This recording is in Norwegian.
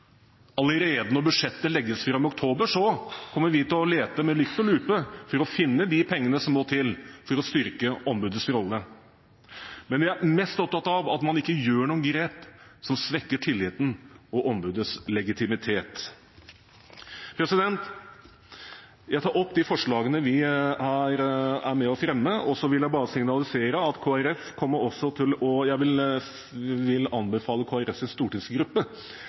Allerede når budsjettet legges fram i oktober, kommer vi til å lete med lykt og lupe for å finne de pengene som må til for å styrke ombudets rolle. Men vi er mest opptatt av at man ikke gjør noen grep som svekker tilliten til ombudet og ombudets legitimitet. Jeg tar opp Kristelig Folkepartis forslag i sak nr. 5, og så vil jeg signalisere at